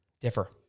Differ